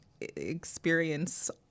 experience